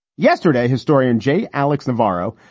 yesterday, historian j. alex navarro,